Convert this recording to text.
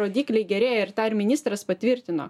rodikliai gerėja ir tą ir ministras patvirtino